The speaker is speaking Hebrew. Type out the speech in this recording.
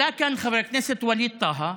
עלה כאן חבר הכנסת ווליד טאהא,